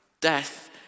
Death